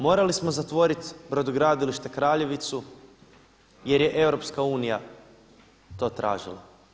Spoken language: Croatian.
Morali smo zatvoriti brodogradilište Kraljevicu jer je EU to tražila.